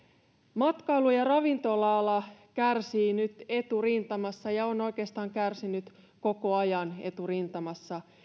matkailu ja ravintola ala kärsii nyt eturintamassa ja on oikeastaan kärsinyt koko ajan eturintamassa